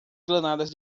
granadas